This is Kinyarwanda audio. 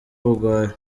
ubugwari